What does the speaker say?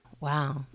Wow